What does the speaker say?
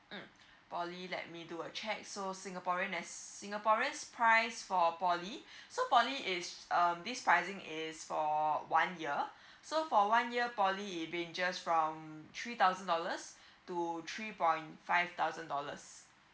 mm poly let me do a check so singaporean as singaporeans price for poly so poly is just um this pricing is for one year so for one year poly it ranges fro three thousand dollars to three point five thousand dollars